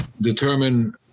determine